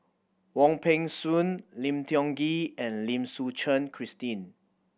Wong Peng Soon Lim Tiong Ghee and Lim Suchen Christine